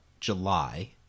July